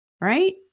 right